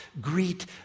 greet